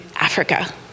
Africa